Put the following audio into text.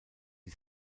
die